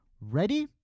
Ready